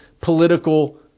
political